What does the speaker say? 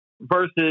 versus